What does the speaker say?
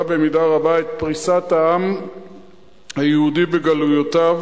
במידה רבה את פריסת העם היהודי בגלויותיו.